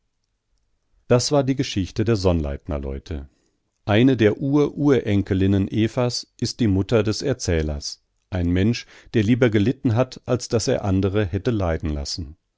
das war die geschichte der sonnleitner leute eine der ur urenkelinnen evas ist die mutter des erzählers ein mensch der lieber gelitten hat als daß er andere hätte leiden lassen